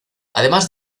además